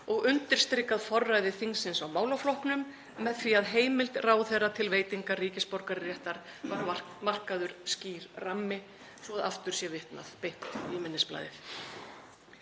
og undirstrikað forræði þingsins á málaflokknum með því að heimild ráðherra til veitingar ríkisborgararéttar var markaður skýr rammi, svo aftur sé vitnað beint í minnisblaðið.